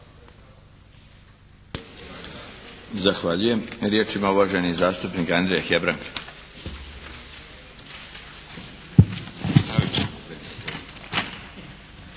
Zahvaljujem. Riječ ima uvaženi zastupnik Andrija Hebrang.